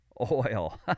oil